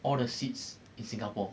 all the seats in singapore